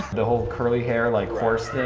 the whole curly hair like horse